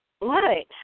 Right